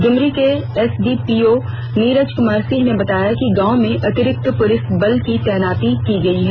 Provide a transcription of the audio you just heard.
ड्मरी के एसडीपीओ नीरज कुमार सिंह ने बताया कि गाँव में अतिरिक्त पुलिस बल की तैनाती की गई है